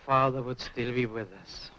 father would still be with us